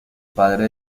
padre